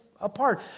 apart